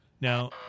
Now